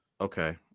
okay